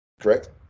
correct